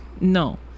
No